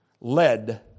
Led